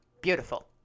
beautiful